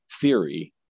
theory